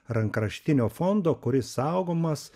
rankraštinio fondo kuris saugomas